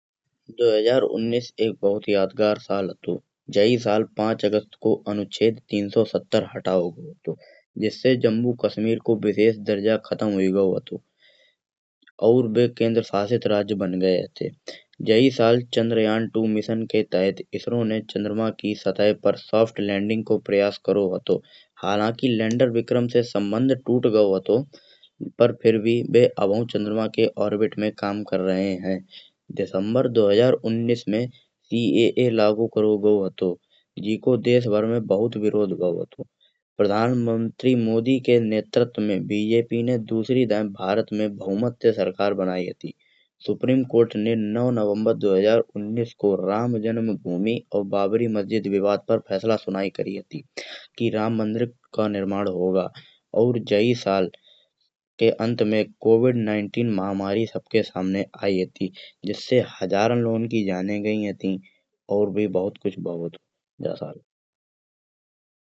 दो हजार उन्नीस एक बहुत यादगार साल हतो जही साल पाँच अगस्त को अनुच्छेद तीन सौ सत्तर हटाओ गऔ हतो। जिस्से जम्मू कश्मीर को विशेष दर्जा खतम हो गऔ हतो और वे केंद्रशासित राज्य बन गए हते। जही साल चंद्रयान दो मिशन के तहत इसरो ने चंद्रमा की सतह पर सॉफ्ट लैंडिंग को प्रयास करो हतो। हालांकि लैंडर विक्रम से संबंध टूट गऔ हतो पर फिर भी वे अबहू चंद्रमा के ऑर्बिट में काम कर रहे हैं। दिसंबर दो हजार उन्नीस में सीएए लागू करो गऔ हतो जेको देशभर में बहुत विरोध करो भऔ हतो। प्रधानमंत्री मोदी के नेतृत्व में बीजेपी ने दूसरी दायें भारत में बहुमत से सरकार बनाई हती। सुप्रीम कोर्ट ने नौ नवंबर दो हजार उन्नीस को राम जन्म भूमि और बाबरी मस्जिद विवाद पर फैसला सुनाई करी हती। कि राम मंदिर का निर्माण होगा और जही साल के अंत में कोविड नाइनटीन महामारी सबके सामने आई हती। जिस्से हजारन लोगन की जाने गई हती और भी बहुत कुछ भऔ हतो जा साल।